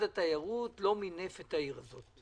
ומשרד התיירות ומשרד הפנים ומשרד האוצר.